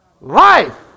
Life